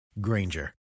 Granger